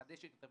מחדשת יותר,